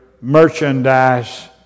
merchandise